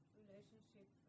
relationship